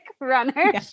runner